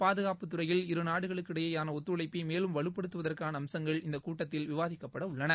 பாதுகாப்புத் துறையில் இரு நாடுகளுக்கு இடையேயான ஒத்துழைப்பை மேலும் வலுப்படுத்துவதற்கான அம்சங்கள் இந்த கூட்டத்தில் விவாதிக்கப்படவுள்ளன